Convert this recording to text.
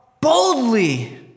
boldly